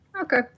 Okay